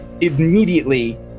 immediately